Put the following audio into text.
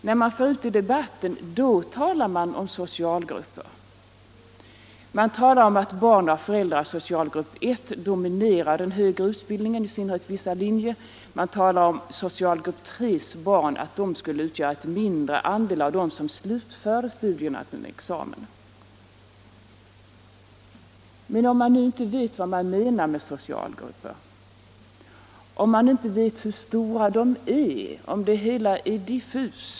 När man går ut i debatten talar man i stället om socialgrupper. Man talar om att barn till föräldrar i socialgrupp 1 dominerar den högre utbildningen, i synnerhet på vissa linjer. Man talar om att barn till föräldrar i socialgrupp 3 skulle utgöra en mindre andel av dem som slutför studierna till en examen. Men hur blir det om man inte vet vad som menas med socialgrupper, om man inte vet hur stora dessa är? Hur blir det om hela socialgruppsindelningen är diffus?